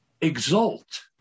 exult